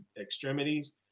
extremities